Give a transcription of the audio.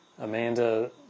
Amanda